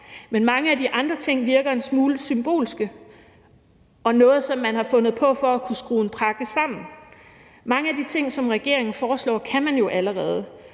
Men mange af de andre ting virker en smule symbolske og som noget, man har fundet på for at kunne skrue en pakke sammen. Mange af de ting, som regeringen foreslår, kan man jo allerede,